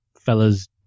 fellas